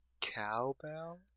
Cowbell